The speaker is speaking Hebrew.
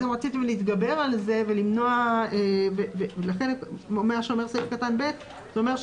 אתם רציתם להתגבר על זה ולכן מה שאומר סעיף (ב) זה אומר: